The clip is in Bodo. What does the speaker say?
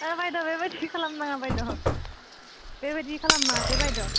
ओ बायद बेबायदि खालामनाङा बायद' बेबायदि खालानाङा दे बायद'